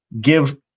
give